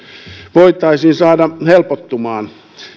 voitaisiin saada helpottumaan